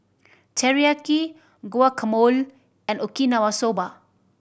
Teriyaki Guacamole and Okinawa Soba